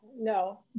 no